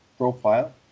profile